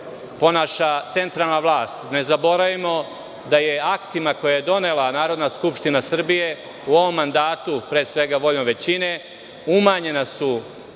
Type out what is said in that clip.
ponaša centralna vlast. Ne zaboravimo da je aktima koje je donela Narodna skupština Srbije, u ovom mandatu, pre svega, voljom većine umanjeni su